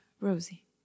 Rosie